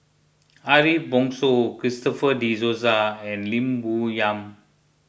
Ariff Bongso Christopher De Souza and Lim Bo Yam